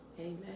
Amen